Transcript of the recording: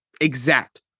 exact